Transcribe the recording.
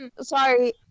Sorry